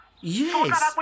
yes